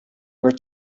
were